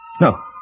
No